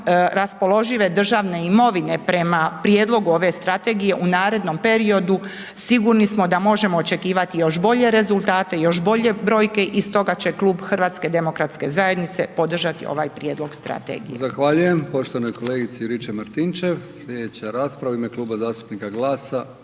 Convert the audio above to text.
raspoložive državne imovine prema prijedlogu ove strategije u narednom periodu sigurni smo da možemo očekivati još bolje rezultate, još bolje brojke. I stoga će Klub HDZ podržati ovaj prijedlog strategije. **Brkić, Milijan (HDZ)** Zahvaljujem poštovanoj kolegici Juričev-Martinčev. Sljedeća rasprava u ime Kluba zastupnika GLAS-a